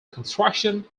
construction